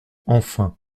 enfin